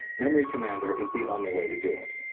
memory commander is the only way to do it.